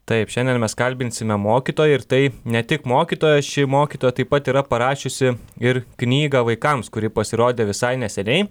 taip šiandien mes kalbinsime mokytoją ir tai ne tik mokytoja ši mokytoja taip pat yra parašiusi ir knygą vaikams kuri pasirodė visai neseniai